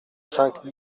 cinq